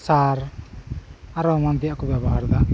ᱥᱟᱨ ᱟᱨᱚ ᱮᱢᱟᱱ ᱛᱮᱭᱟᱜ ᱠᱚ ᱵᱮᱵᱚᱦᱟᱨ ᱫᱟ